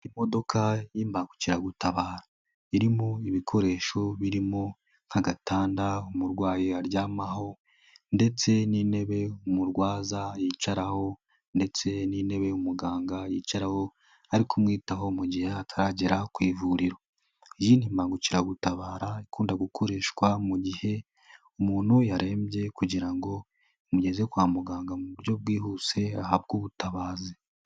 Imodoka y'imbangukiragutabara, irimo ibikoresho birimo nk'agatanda umurwayi aryamaho ndetse n'intebe umurwaza yicaraho ndetse n'intebe umuganga yicaraho, ari kumwitaho mu gihe ataragera ku ivuriro, iyi ni imbangukiragutabara ikunda gukoreshwa mu gihe umuntu yarembye kugira ngo imugeze kwa muganga mu buryo bwihuse, ahabwe ubutabazi.